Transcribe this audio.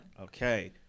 okay